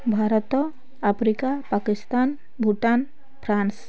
Bharat Africa Pakistan Bhutan France